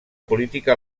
política